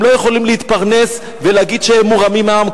הם לא יכולים להתפרנס ולהגיד שהם מורמים מעם,